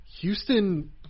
Houston